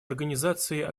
организации